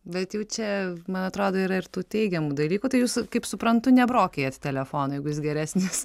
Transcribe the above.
bet jau čia man atrodo yra ir tų teigiamų dalykų tai jūs kaip suprantu nebrokijat telefono jeigu jis geresnis žinoma